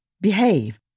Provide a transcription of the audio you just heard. behave